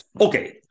okay